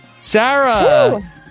Sarah